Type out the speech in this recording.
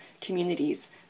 communities